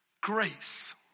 grace